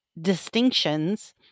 distinctions